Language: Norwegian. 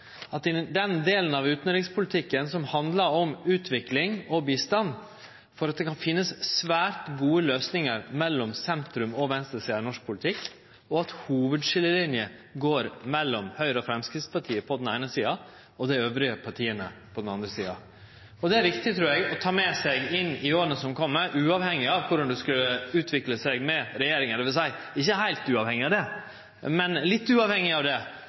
at det i den delen av utanrikspolitikken som handlar om utvikling og bistand, kan finnast svært gode løysingar mellom sentrum og venstresida i norsk politikk – og at hovudskiljelinjene går mellom Høgre og Framstegspartiet på den eine sida og resten av partia på den andre sida. Og det er viktig, trur eg, å ta med seg inn i åra som kjem, uavhengig av korleis det skulle utvikle seg med regjeringa – dvs. ikkje heilt uavhengig av det, men litt uavhengig av det